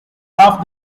half